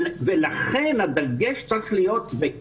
לכן הדגש צריך להיות, וכן,